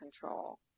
control